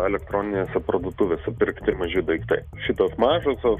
elektroninėse parduotuvėse pirkti maži daiktai šitos mažosios